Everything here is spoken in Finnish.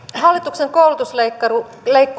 hallituksen koulutusleikkuri